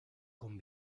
con